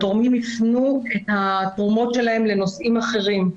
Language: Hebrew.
התורמים הפנו את התרומות שלהם לנושאים אחרים.